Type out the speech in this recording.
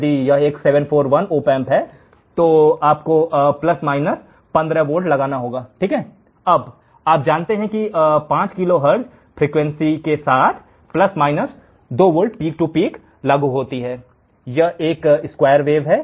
यदि यह एक 741 ऑपैंप है तो आपको प्लस माइनस 15 वोल्ट लागू करना होगा आप जानते हैं कि 5 किलोहर्ट्ज़ की आवृत्ति के साथ प्लस माइनस 2 वोल्ट की पीक से पीक पर लागू होती है यह एक स्क्वायर वेव है